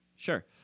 Sure